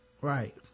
Right